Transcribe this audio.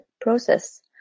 process